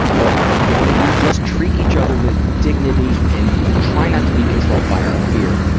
but when we just treat each other with dignity and try not to be controlled by our fear,